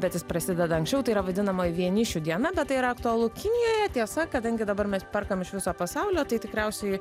bet jis prasideda anksčiau tai yra vadinama vienišių diena bet tai yra aktualu kinijoje tiesa kadangi dabar mes perkam iš viso pasaulio tai tikriausiai